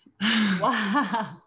Wow